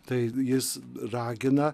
tai jis ragina